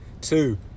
two